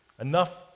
Enough